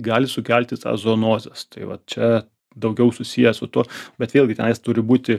gali sukelti tą zonozes tai vat čia daugiau susiję su tuo bet vėlgi tenais turi būti